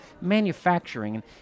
manufacturing